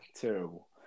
Terrible